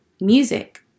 music